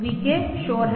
VK शोर है